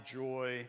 joy